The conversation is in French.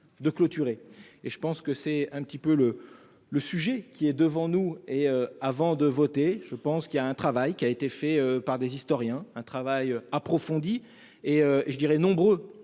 de clôturer. Et je pense que c'est un petit peu le le sujet qui est devant nous et avant de voter. Je pense qu'il y a un travail qui a été fait par des historiens. Un travail approfondi et je dirais nombreux.